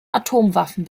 atomwaffen